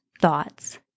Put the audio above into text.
thoughts